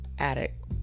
addict